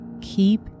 Keep